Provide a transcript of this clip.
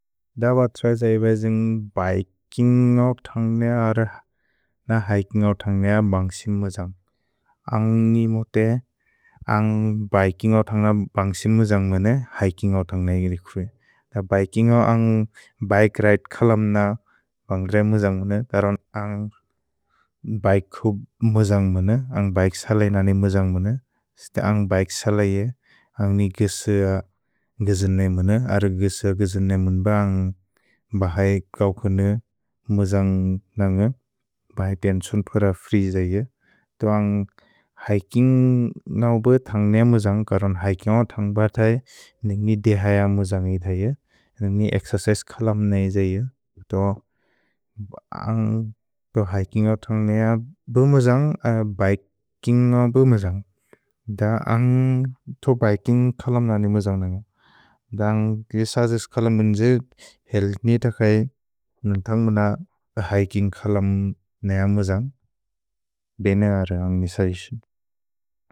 दबत् त्सै त्सैब जेन्ग् बैकिन्ग् न्गौक् थन्ग् नेअ अर न हैकिन्ग् न्गौक् थन्ग् नेअ बन्ग्सिन् मुजन्ग्। अन्ग् नि मुते, अन्ग् बैकिन्ग् न्गौक् थन्ग् न बन्ग्सिन् मुजन्ग् बने हैकिन्ग् न्गौक् थन्ग् नेगदिक् हुइ। द बैकिन्ग् न्गौक् अन्ग् बिके रिदे खलम् न बन्ग्रे मुजन्ग् बने, दरोन् अन्ग् बिके को मुजन्ग् बने, अन्ग् बिके सलै नने मुजन्ग् बने। सित अन्ग् बिके सलै ये, अन्ग् नि गिस गिस ने मुन, अर गिस गिस ने मुन बन्ग् बहए कौकोने मुजन्ग् नन्ग् बहए तेन्सून् फुर फ्री जै ये। तो अन्ग् हैकिन्ग् न्गौक् बए थन्ग् नेअ मुजन्ग्, करोन् हैकिन्ग् न्गौक् थन्ग् बतए निनि देहय मुजन्ग् हि थै ये, निनि एक्सेर्चिसे खलम् नै जै ये। तो अन्ग् तो हैकिन्ग् न्गौक् थन्ग् नेअ बु मुजन्ग् बैकिन्ग् न्गौक् बु मुजन्ग्, द अन्ग् तो बैकिन्ग् खलम् न निनि मुजन्ग् नन्ग। द अन्ग् गिस गिस खलम् मुन्जे हेअल्थ् नित खै नन्ग् थन्ग् मुन हैकिन्ग् खलम् नेअ मुजन्ग्, बेने अर अन्ग् निस इसु।